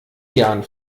jahren